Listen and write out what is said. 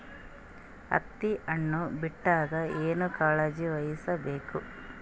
ಹತ್ತಿ ಹಣ್ಣು ಬಿಟ್ಟಾಗ ಏನ ಕಾಳಜಿ ವಹಿಸ ಬೇಕು?